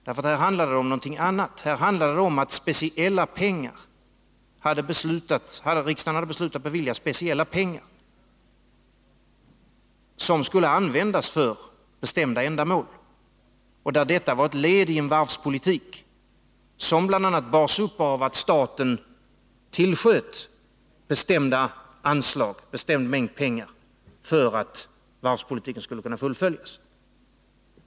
I varvsärendet handlar det om något annat än i Telub-affären — det handlar om att riksdagen beslutat bevilja speciella pengar, som skulle användas för bestämda ändamål, och att detta var ett led i en varvspolitik som bl.a. bars upp av att staten tillsköt en bestämd mängd pengar för att varvspolitiken skulle kunna fullföljas.